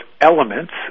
elements